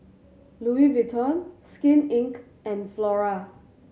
Louis Vuitton Skin Inc and Flora